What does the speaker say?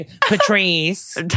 Patrice